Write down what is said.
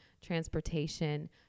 transportation